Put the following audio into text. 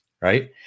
right